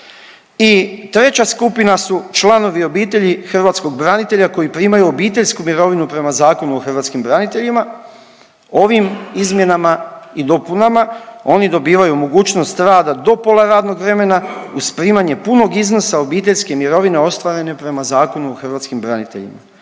I treća skupina su članovi obitelji hrvatskog branitelja koji primaju obiteljsku mirovinu prema Zakonu o hrvatskim braniteljima, ovim izmjenama i dopunama oni dobivaju mogućnost rada do pola radnog vremena uz primanje punog iznosa obiteljske mirovine ostvarene prema Zakonu o hrvatskim braniteljima.